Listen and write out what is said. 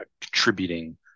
contributing